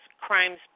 crimes